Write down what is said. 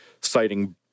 citing